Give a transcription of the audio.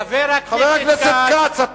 חבר הכנסת כץ, אתה